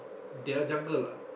their jungle lah